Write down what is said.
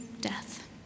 death